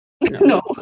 No